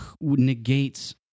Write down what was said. negates